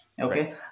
okay